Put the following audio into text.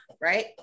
right